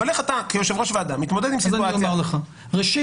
אבל איך אתה כיושב ראש ועדה מתמודד עם סיטואציה ש-א',